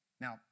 Now